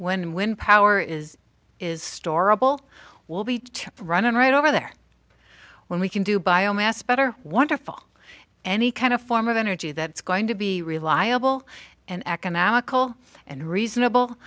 when wind power is is storable will be to run right over there when we can do bio mass better wonderful any kind of form of energy that's going to be reliable and economical and reasonable